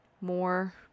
more